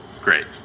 great